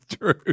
true